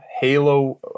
Halo